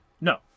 No